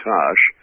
Tosh